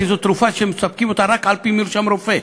כי זאת תרופה שמספקים רק על-פי מרשם רופא.